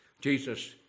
Jesus